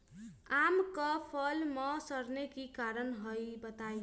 आम क फल म सरने कि कारण हई बताई?